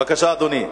בבקשה, אדוני.